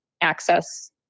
access